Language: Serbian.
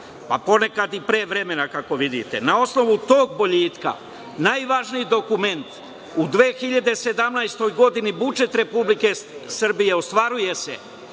Ponekad i pre vremena, kako vidite. Na osnovu tog boljitka, najvažniji dokument u 2017. godini budžet Republike Srbije, ostvaruje se